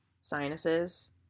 sinuses